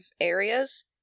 areas